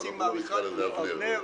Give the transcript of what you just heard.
לא נקרא לזה אבנר.